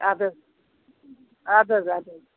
اَدٕ حظ اَدٕ حظ اَدٕ حظ